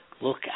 Look